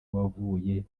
wavuye